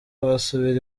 basubira